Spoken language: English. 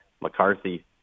McCarthy